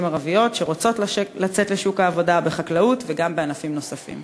ערביות שרוצות לצאת לשוק העבודה בחקלאות וגם בענפים נוספים?